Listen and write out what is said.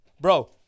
bro